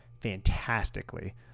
fantastically